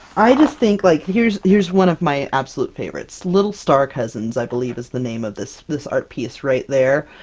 i just think, like here's here's one of my absolute favorites! little star cousins, i believe is the name of this-this art piece right there.